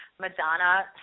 Madonna